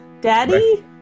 Daddy